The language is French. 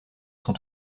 sont